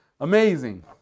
Amazing